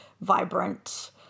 vibrant